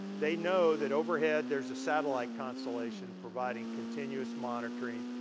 they know that overhead there's a satellite constellation providing continuous monitoring.